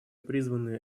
призваны